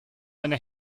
eine